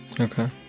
Okay